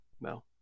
no